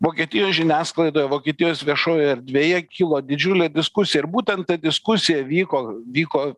vokietijos žiniasklaidoje vokietijos viešojoje erdvėje kilo didžiulė diskusija ir būtent ta diskusija vyko vyko